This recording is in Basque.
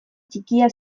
ttikia